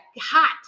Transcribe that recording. Hot